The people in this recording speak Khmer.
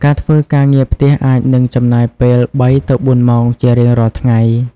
ការធ្វើការងារផ្ទះអាចនឹងចំណាយពេលបីទៅបួនម៉ោងជារៀងរាល់ថ្ងៃ។